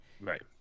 right